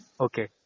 Okay